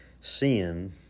sin